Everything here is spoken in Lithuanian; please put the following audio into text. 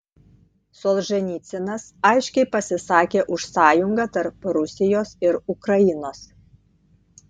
solženicynas aiškiai pasisakė už sąjungą tarp rusijos ir ukrainos